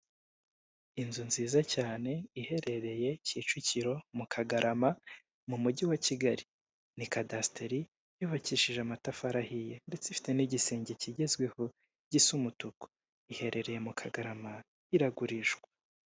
Inzu nziza cyane iherereye kicukiro mu kagarama mu mujyi wa kigali, ni cadasiteri yubakishije amatafarihiye ndetse ifite n'igisenge kigezweho gisi umutuku iherereye mu kagarama iragurishwa.